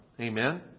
Amen